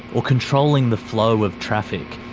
or controlling the flow of traffic,